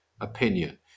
opinion